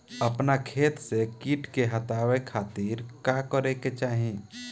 अपना खेत से कीट के हतावे खातिर का करे के चाही?